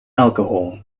alcohol